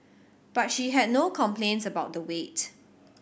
but she had no complaints about the wait